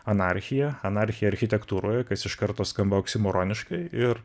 anarchija anarchija architektūroje kas iš karto skamba oksimoroniškai ir